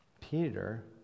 Peter